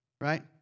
Right